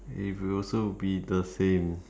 it will also be the same